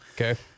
Okay